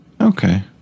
Okay